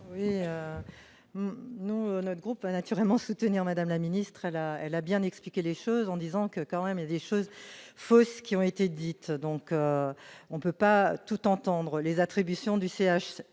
Oui, nous, notre groupe a naturellement soutenir Madame la ministre, elle a, elle, a bien expliqué les choses en disant que quand même des choses fausses qui ont été dites donc on peut pas tout entendre les attributions du CHU